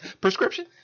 Prescription